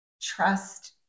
trust